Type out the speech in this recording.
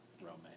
romance